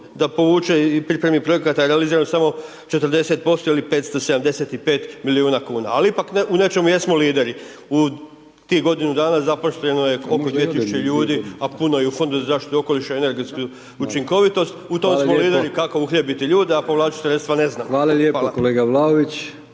da povuče i pripremi projekata, a realizirano je samo 40% ili 575 milijuna kuna. Ali ipak u nečemu jesmo lideri, u tih godinu dana zaposleno je oko dvije tisuće ljudi, a puno je i u Fondu za zaštitu okoliša i energetsku učinkovitost, u tom smo lideri kako uhljebiti ljude, a povlačit sredstva ne znamo. Hvala. **Brkić,